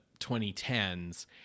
2010s